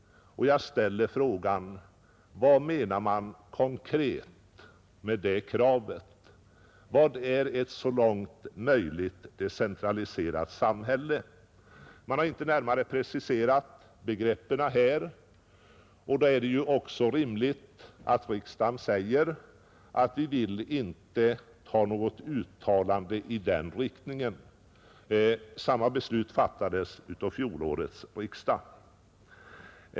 Jag frågar: Vad menar man konkret med detta krav? Vad är ”ett så långt möjligt decentraliserat samhälle”? Man har inte närmare preciserat begreppen här, och då är det ju också rimligt att riksdagen säger, att vi vill inte ha något uttalande i den riktningen. Samma beslut fattades av fjolårets riksdag.